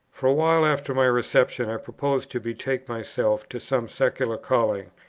for a while after my reception, i proposed to betake myself to some secular calling.